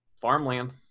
farmland